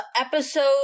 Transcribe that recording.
episode